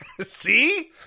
See